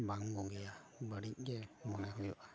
ᱵᱟᱝ ᱵᱩᱜᱤᱭᱟ ᱵᱟᱹᱲᱤᱡ ᱜᱮ ᱢᱚᱱᱮ ᱦᱩᱭᱩᱜᱼᱟ